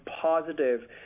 positive